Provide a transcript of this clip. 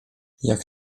jak